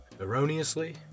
erroneously